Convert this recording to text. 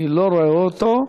אני לא רואה אותו,